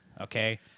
okay